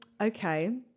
Okay